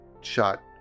shot